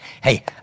Hey